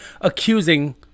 accusing